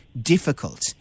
difficult